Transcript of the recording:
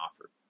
offer